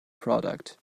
product